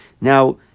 now